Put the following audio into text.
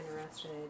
interested